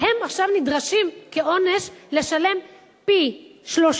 הם עכשיו נדרשים כעונש לשלם פי-שלושה